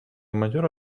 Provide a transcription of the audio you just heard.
монтера